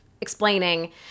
explaining